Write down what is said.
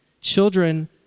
children